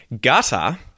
Gutter